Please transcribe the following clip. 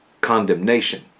condemnation